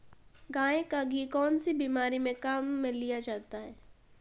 गाय का घी कौनसी बीमारी में काम में लिया जाता है?